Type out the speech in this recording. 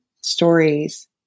stories